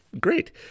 great